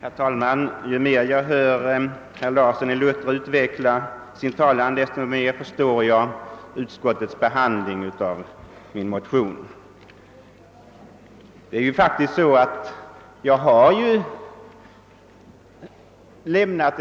Herr talman! Ju mer jag hör herr Larsson i Luttra utveckla sin talan, desto mera förstår jag utskottets behandling av min motion. Jag har ju lämnat